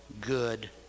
good